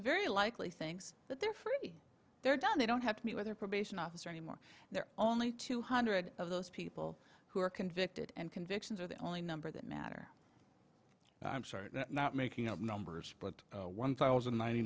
very likely things but they're free they're done they don't have to meet with their probation officer anymore they're only two hundred of those people who are convicted and convictions are the only number that matter i'm sorry not making up numbers but one thousand nine